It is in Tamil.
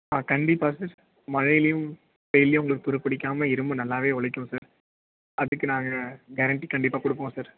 ஆ கண்டிப்பாக சார் மழைலயும் வெயில்லேயும் உங்களுக்கு துருப்பிடிக்காமல் இரும்பு நல்லா உழைக்கும் சார் அதுக்கு நாங்கள் கேரண்டி கண்டிப்பாக கொடுப்போம் சார்